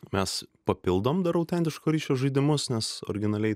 mes papildom dar autentiško ryšio žaidimus nes originaliai